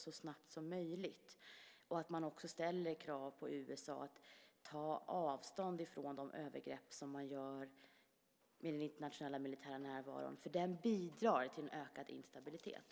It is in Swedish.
Det är även viktigt att ställa krav på att USA tar avstånd från de övergrepp som sker genom den internationella militära närvaron, för den bidrar till ökad instabilitet.